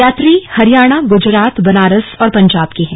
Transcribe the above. यात्री हरियाणागुजरात बनारस और पंजाब के है